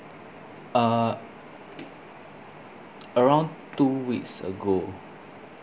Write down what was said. uh around two weeks ago